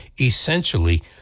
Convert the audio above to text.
Essentially